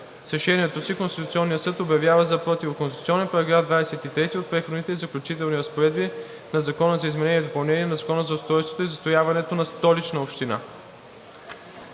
Решението си Конституционният съд обявява за противоконституционен § 23 от Преходните и заключителните разпоредби на Закона за изменение и допълнение на Закона за устройството и застрояването на Столична община.